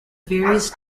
various